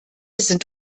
sind